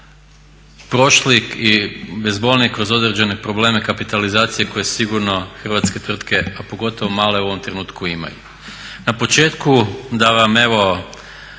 prošli bezbolnije kroz određene probleme kapitalizacije koje sigurno hrvatske tvrtke a pogotovo male u ovom trenutku imaju. Na početku da vam evo